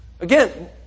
Again